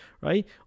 right